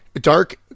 dark